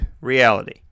reality